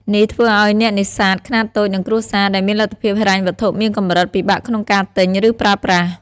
នេះធ្វើឲ្យអ្នកនេសាទខ្នាតតូច និងគ្រួសារ ដែលមានលទ្ធភាពហិរញ្ញវត្ថុមានកម្រិត ពិបាកក្នុងការទិញ ឬប្រើប្រាស់។